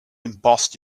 embossed